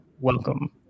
Welcome